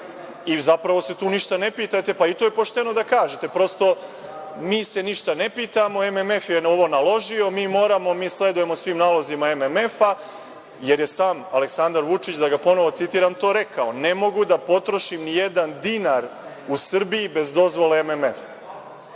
i zapravo se tu ništa ne pitate, pa i to je pošteno da kažete. Prosto, mi se ništa ne pitamo, MMF je ovo naložio, mi moramo, mi sledujemo svim nalozima MMF-a jer je sam Aleksandar Vučić, da ga ponovo citiram, to rekao – ne mogu da potrošim nijedan dinar u Srbiji bez dozvole MMF-a.